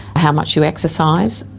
how much you exercise,